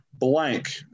blank